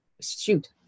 Shoot